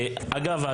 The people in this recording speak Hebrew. אגב,